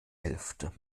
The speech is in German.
hälfte